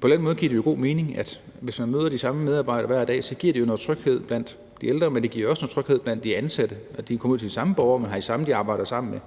På den måde giver det jo god mening, at hvis man møder de samme medarbejdere hver dag, giver det jo noget tryghed blandt de ældre, men det giver også noget tryghed blandt de ansatte, at de kommer ud til de samme borgere og har de samme at arbejde sammen med.